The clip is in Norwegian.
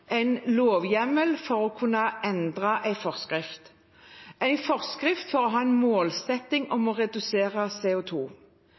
en lovhjemmel for å kunne endre en forskrift, en forskrift for å ha en målsetting